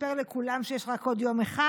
סיפר לכולם שיש רק עוד יום אחד,